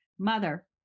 Mother